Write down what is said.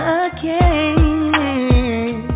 again